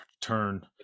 turn